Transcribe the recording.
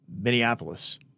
Minneapolis